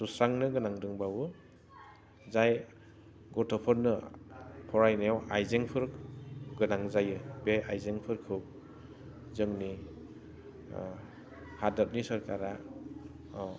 सुस्रांनो गोनां दंबावो जाय गथ'फोरनो फरायनायाव आइजेंफोर गोनां जायो बे आइजेंफोरखौ जोंनि हादरनि सरकारा